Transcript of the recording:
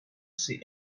see